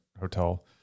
hotel